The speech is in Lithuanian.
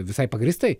visai pagrįstai